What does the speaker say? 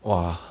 哇